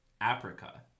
Africa